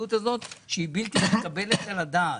המציאות הזאת שהיא בלתי מתקבלת על הדעת.